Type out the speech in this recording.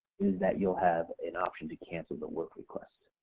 is that you'll have an option to cancel the work request.